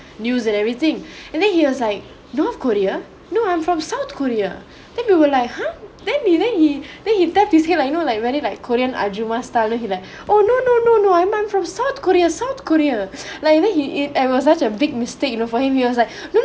news and everything and then he was like north korea no I'm from south korea then we were like !huh! then he then he then he tapped his hair like you know like very like korean ahjuma style you know he like oh no no no no I'm I'm from south korea south korea like you know he he it was such a big mistake you know for him he was like